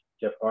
Jeff